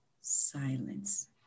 silence